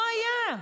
לא היה.